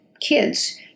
kids